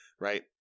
right